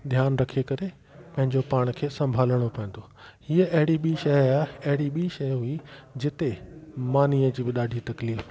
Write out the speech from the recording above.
ध्यानु रखे करे पंहिंजे पाण खे संभालणो पवंदो इहा अहिड़ी ॿी शइ आहे अहिड़ी ॿी शैइ हुई जिते मानी जी बि ॾाढी तकलीफ़ हुई